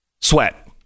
Sweat